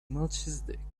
melchizedek